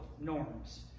norms